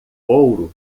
ouro